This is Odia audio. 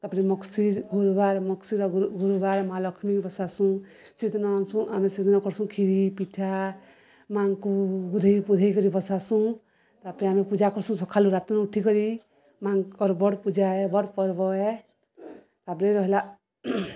ତା'ପରେ ମଗ୍ଶିର୍ ଗୁରୁବାର ମଗ୍ଶିର୍ ଗୁରୁବାର ମା' ଲକ୍ଷ୍ମୀକେ ବସାସୁଁ ସେଦିନ ଆନ୍ସୁଁ ଆମେ ସେଦିନ କର୍ସୁଁ ଖିରି ପିଠା ମାଙ୍କୁ ଗୁଧେଇ ପୁଧେଇ କରି ବସାସୁଁ ତା'ପରେ ଆମେ ପୂଜା କର୍ସୁଁ ସଖାଳୁ ରାତିରୁ ଉଠିିକରି ମା'ଙ୍କର୍ ବଡ଼୍ ପୂଜାଏ ବଡ଼୍ ପର୍ବ ଏ ତା'ପରେ ରହେଲା